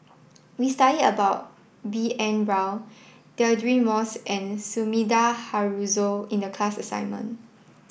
we studied about B N Rao Deirdre Moss and Sumida Haruzo in the class assignment